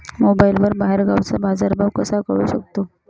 मोबाईलवर बाहेरगावचा बाजारभाव कसा कळू शकतो?